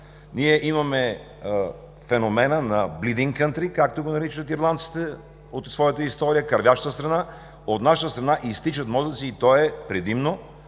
Ние имаме феномена на „Bleeding country“, както го наричат ирландците от своята история „кървяща страна“. От наша страна изтичат мозъци, предимно